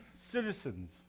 citizens